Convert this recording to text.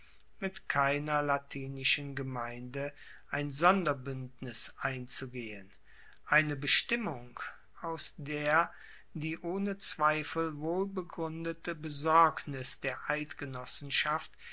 mit keiner latinischen gemeinde ein sonderbuendnis einzugehen eine bestimmung aus der die ohne zweifel wohlbegruendete besorgnis der eidgenossenschaft